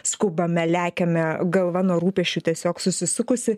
skubame lekiame galva nuo rūpesčių tiesiog susisukusi